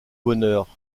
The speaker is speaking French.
bonheur